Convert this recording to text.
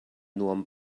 nuam